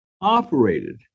operated